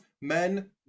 Men